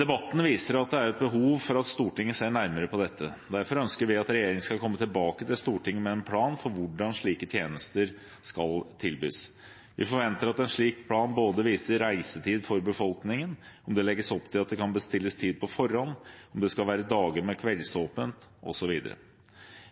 Debatten viser at det er et behov for at Stortinget ser nærmere på dette. Derfor ønsker vi at regjeringen skal komme tilbake til Stortinget med en plan for hvordan slike tjenester skal tilbys. Vi forventer at en slik plan viser reisetid for befolkningen, om det legges opp til at det kan bestilles tid på forhånd, om det skal være dager med kveldsåpent, osv.